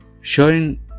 Showing